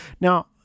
Now